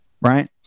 right